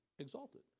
Exalted